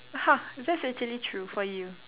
that's actually true for you